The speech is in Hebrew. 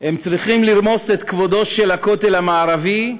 הם צריכים לרמוס את כבודו של הכותל המערבי,